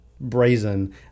brazen